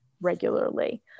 regularly